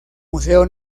museo